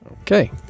Okay